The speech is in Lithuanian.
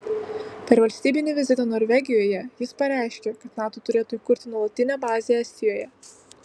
per valstybinį vizitą norvegijoje jis pareiškė kad nato turėtų įkurti nuolatinę bazę estijoje